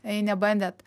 jei nebandėt